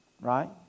right